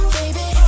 baby